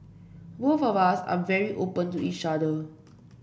both of us are very open to each other